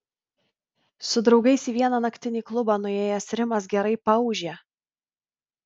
su draugais į vieną naktinį klubą nuėjęs rimas gerai paūžė